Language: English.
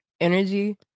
energy